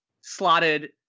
slotted